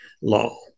law